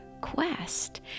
quest